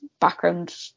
background